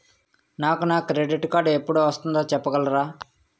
నాకు నా credit card ఎపుడు వస్తుంది చెప్పగలరా?